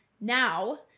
Now